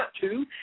two